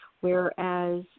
Whereas